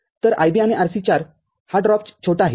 तर IB आणि RC4हा ड्रॉप छोटा आहे